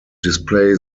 display